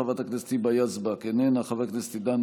חברת הכנסת היבה יזבק,